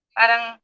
parang